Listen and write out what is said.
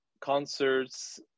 concerts